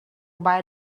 buy